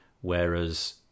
whereas